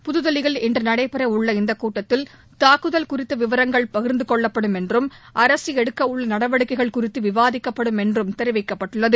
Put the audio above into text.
புதுதில்லியில் இன்று நடைபெற உள்ள இந்தக் கூட்டத்தில் தாக்குதல் குறித்த விவரங்கள் பகிா்ந்துக் கொள்ளப்படும் என்றும் அரசு எடுக்க உள்ள நடவடிக்கைகள் குறித்து விவாதிக்கப்படும் என்றும் தெரிவிக்கப்பட்டுள்ளது